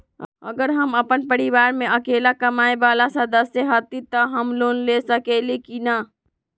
अगर हम अपन परिवार में अकेला कमाये वाला सदस्य हती त हम लोन ले सकेली की न?